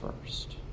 first